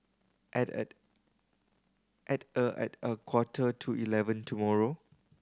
at a at a at a quarter to eleven tomorrow